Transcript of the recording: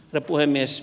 herra puhemies